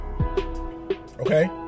Okay